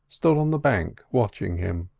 stood on the bank watching him.